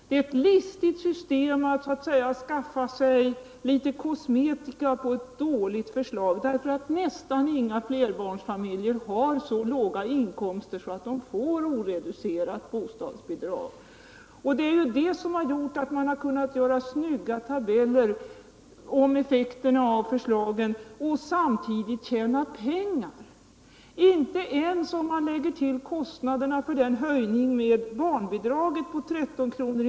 Det är ett fiffigt sätt att lägga kosmetika på ett dåligt förslag, eftersom nästan inga flerbarnsfamiljer har så låga inkomster att de får oreducerade bostadsbidrag. Det är det som gjort att man kunnat upprätta snygga tabeller om effekterna av förslaget och samtidigt spara pengar på anslaget. Inte ens om man lägger till kostnaderna för den höjning av barnbidraget på 13 kr.